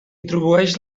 atribueix